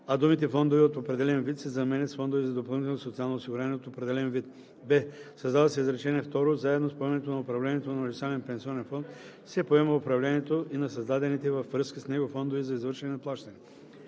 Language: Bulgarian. а думите „фондове от определен вид“ се заменят с „фондове за допълнително социално осигуряване от определен вид“. б) създава се изречение второ: „Заедно с поемането на управлението на универсален пенсионен фонд се поема управлението и на създадените във връзка с него фондове за извършване на плащания.“.“